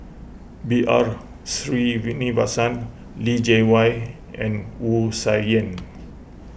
B R Sreenivasan Li Jiawei and Wu Tsai Yen